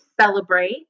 celebrate